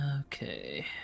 Okay